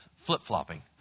flip-flopping